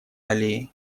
аллее